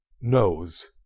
knows